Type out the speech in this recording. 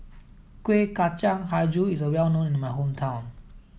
Kuih Kacang Hijau is well known in my hometown